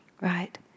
right